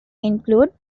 include